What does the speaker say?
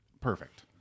perfect